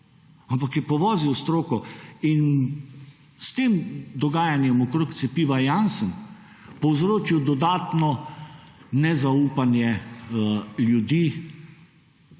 ampak je povozil stroko in s tem dogajanjem okrog cepiva Janssen povzročil dodatno nezaupanje ljudi,